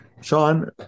Sean